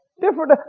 Different